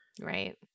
Right